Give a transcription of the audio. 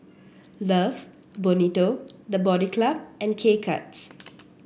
Love Bonito The Body Club and K Cuts